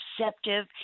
perceptive